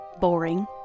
boring